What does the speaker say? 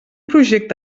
project